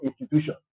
institution